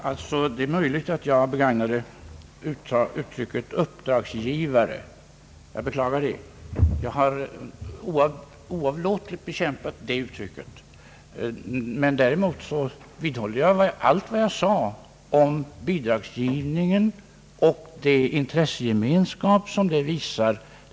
Herr talman! Det är möjligt att jag begagnade uttrycket »uppdragsgivare». Jag beklagar det. Jag har oavlåtligt kämpat emot det uttrycket. Däremot vidhåller jag allt vad jag sade om bidragsgivningen och den intressegemenskap den visar.